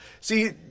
see